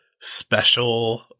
special